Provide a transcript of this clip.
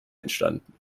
entstanden